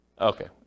Okay